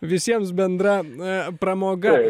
visiems bendra pramoga